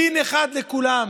דין אחד לכולם.